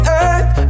earth